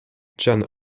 jane